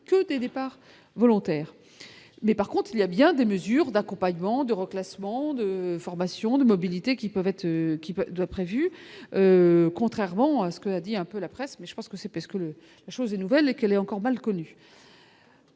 que des départs volontaires mais par contre il y a bien des mesures d'accompagnement de reclassements de formation de mobilité qui peuvent être qui peut de prévu, contrairement à ce que la vie un peu la presse mais je pense que c'est parce que le les choses et nouvelle et qu'elle est encore mal connu.